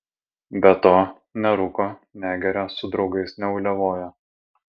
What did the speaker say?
be to nerūko negeria su draugais neuliavoja